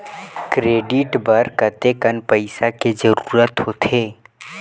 Credit बर कतेकन पईसा के जरूरत होथे?